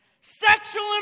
Sexual